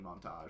montage